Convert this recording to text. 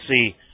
see